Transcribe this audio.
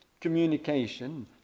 communication